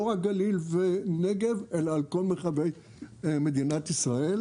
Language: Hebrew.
לא רק גליל ונגב, אלא על כל מרחבי מדינת ישראל,